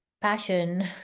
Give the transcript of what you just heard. passion